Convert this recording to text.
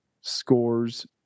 scores